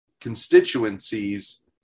constituencies